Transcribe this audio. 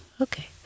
Okay